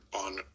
on